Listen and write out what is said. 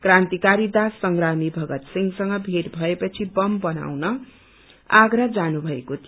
क्रान्क्रारी दास संग्रामी भगत सिंहसंग भेट भएपछि बम बनाउन आग्रा जानुभएको थियो